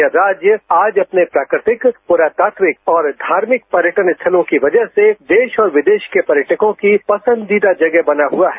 यह राज्य्य आज अपने प्राकृतिक पुरातात्विक और धार्मिक पर्यटन स्थलों की वजह से देश और विदेश के पर्यटकों की पसंदीदा जगह बना हुआ है